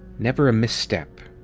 never a misstep,